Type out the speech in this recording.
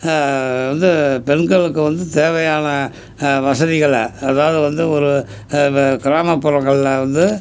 வந்து பெண்களுக்கு வந்து தேவையான வசதிகளை அதாவது வந்து ஒரு நம்ம கிராமப்புறங்களில் வந்து